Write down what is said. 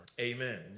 Amen